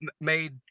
made